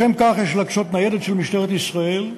לשם כך יש להקצות ניידת של משטרת ישראל.